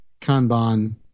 Kanban